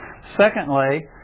Secondly